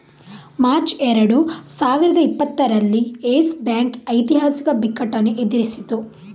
March ಎರಡು ಸಾವಿರದ ಇಪ್ಪತ್ತರಲ್ಲಿ ಯೆಸ್ ಬ್ಯಾಂಕ್ ಐತಿಹಾಸಿಕ ಬಿಕ್ಕಟ್ಟನ್ನು ಎದುರಿಸಿತು